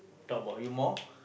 talk about you more